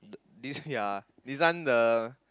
this ya this one the